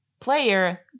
player